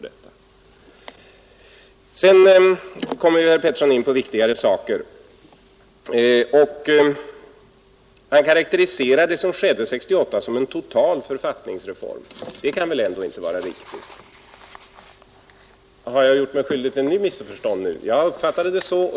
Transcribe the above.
Sedan kom herr Pettersson in på viktigare saker. Jag uppfattade det så att han karaktäriserade det som skedde 1968 som en total författningsreform. Det kan väl ändå inte vara riktigt. Har jag gjort mig skyldig till ett nytt missförstånd nu?